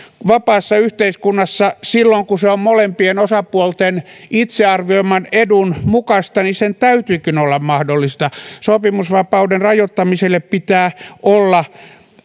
vapaassa yhteiskunnassa silloin kun se on molempien osapuolten itse arvioiman edun mukaista sen täytyykin olla mahdollista sopimusvapauden rajoittamiselle pitää olla